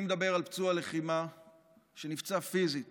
אני מדבר על פצוע לחימה שנפצע פיזית